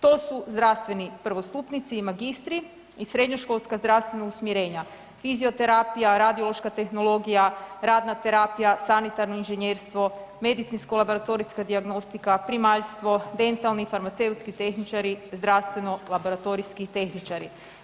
To su zdravstveni prvostupnici i magistri i srednjoškolska zdravstvena usmjerenja, fizioterapija, radiološka tehnologija, radna terapija, sanitarno inženjerstvo, medicinsko-laboratorijska dijagnostika, primaljstvo, dentalni, farmaceutski tehničari, zdravstveno-laboratorijski tehničari.